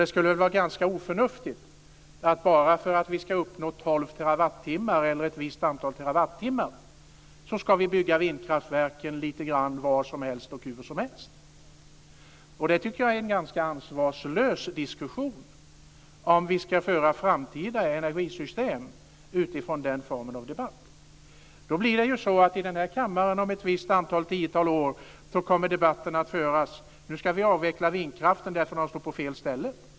Det skulle vara ganska oförnuftigt om vi bara för att uppnå 12 terawattimmar, eller ett visst antal terawattimmar, byggde vindkraftverken lite var som helst och hur som helst. Det tycker jag är en ganska ansvarslös diskussion om vi ska föra fram framtida energisystem utifrån den typen av debatt. Då blir det ju så att vi om ett visst antal år, några tiotal år, får föra en debatt i den här kammaren om att vi ska avveckla vindkraften för att den står på fel ställen.